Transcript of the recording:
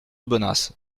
aubenas